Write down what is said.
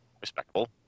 Respectable